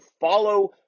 follow